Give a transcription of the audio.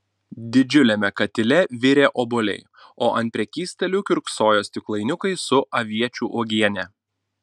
didžiuliame katile virė obuoliai o ant prekystalių kiurksojo stiklainiukai su aviečių uogiene